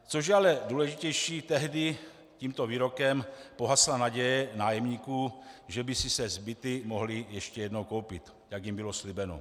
Co je ale důležitější, tehdy tímto výrokem pohasla naděje nájemníků, že by si byty mohli ještě jednou koupit, jak jim bylo slíbeno.